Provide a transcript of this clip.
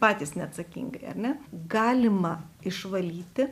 patys neatsakingai ar ne galima išvalyti